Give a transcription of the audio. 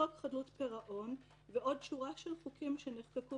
חוק חדלות פירעון ועוד שורה של חוקים שנחקקו